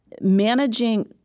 Managing